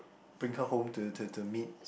bring her home to to to meet